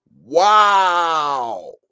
Wow